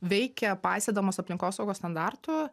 veikia paisydamos aplinkosaugos standartų